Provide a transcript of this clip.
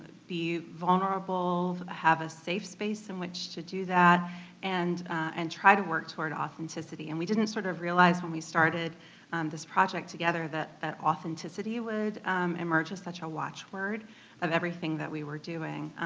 be vulnerable, have a safe space in which to do that and and try to work toward authenticity and we didn't sort of realize when we started this project together that that authenticity would emerge as such a watchword of everything that we were doing.